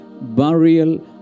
burial